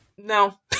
No